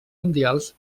mundials